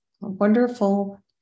wonderful